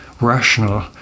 rational